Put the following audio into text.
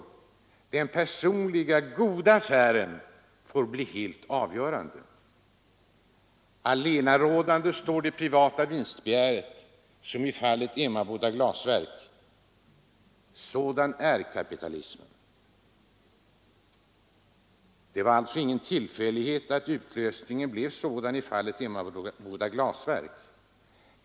Den för honom personligen goda affären får bli helt avgörande: Allenarådande står det privata vinstbegäret, som i fallet Emmaboda glasverk. Sådan är kapitalismen. Det var alltså ingen tillfällighet ått utgången beroende av multinationella företag, blev sådan i fallet Emmaboda glasverk.